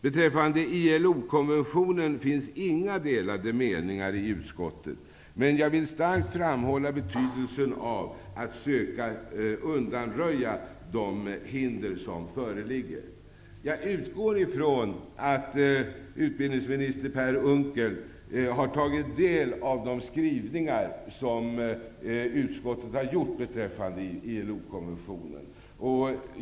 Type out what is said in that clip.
Det finns inga delade meningar i utskottet när det gäller ILO konventionen, men jag vill starkt framhålla betydelsen av att söka undanröja de hinder som föreligger. Jag utgår från att utbildningsminister Per Unckel har tagit del av de skrivningar som utskottet har gjort om ILO-konventionen.